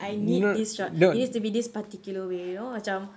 I need this shot it needs to be this particular way you know macam